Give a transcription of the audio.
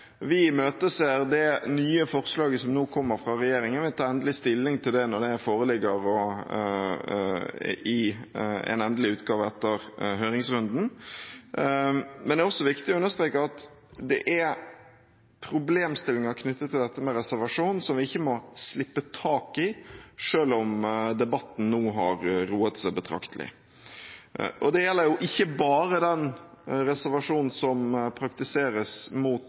Vi imøteser det nye forslaget som nå kommer fra regjeringen, og vil ta endelig stilling til det når det foreligger i en endelig utgave etter høringsrunden. Det er også viktig å understreke at det er problemstillinger knyttet til dette med reservasjon som vi ikke må slippe tak i selv om debatten nå har roet seg betraktelig. Det gjelder ikke bare den reservasjonen som praktiseres mot